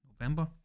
November